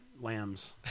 lambs